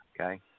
okay